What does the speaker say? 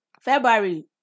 February